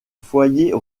foyer